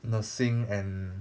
nursing and